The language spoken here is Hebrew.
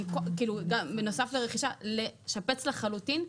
בנוסף לרכישה, לשפץ לחלוטין,